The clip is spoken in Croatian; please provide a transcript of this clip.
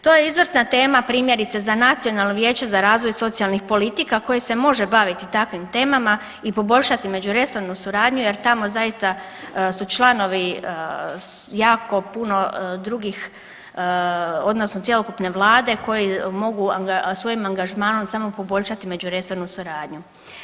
To je izvrsna tema, primjerice, za Nacionalno vijeće za razvoj socijalnih politika koje se može baviti takvim temama i poboljšati međuresornu suradnju jer tamo zaista su članovi jako puno drugih odnosno cjelokupne Vlade koji mogu svojim angažmanom samo poboljšati međuresornu suradnju.